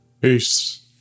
Peace